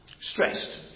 stressed